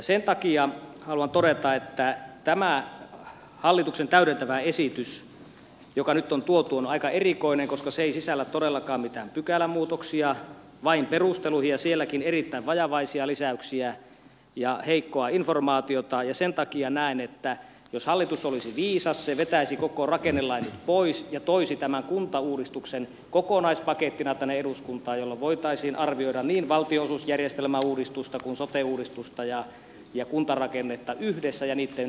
sen takia haluan todeta että tämä hallituksen täydentävä esitys joka nyt on tuotu on aika erikoinen koska se ei sisällä todellakaan mitään pykälämuutoksia vain perusteluihin ja sielläkin erittäin vajavaisia lisäyksiä ja heikkoa informaatiota ja sen takia näen että jos hallitus olisi viisas se vetäisi koko rakennelain nyt pois ja toisi tämän kuntauudistuksen kokonaispakettina tänne eduskuntaan jolloin voitaisiin arvioida niin valtionosuusjärjestelmäuudistusta kuin sote uudistusta ja kuntarakennetta yhdessä ja niitten perustuslainmukaisuutta